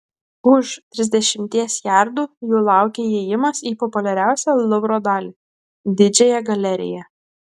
už trisdešimties jardų jų laukė įėjimas į populiariausią luvro dalį didžiąją galeriją